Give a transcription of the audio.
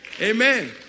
Amen